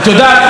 את יודעת,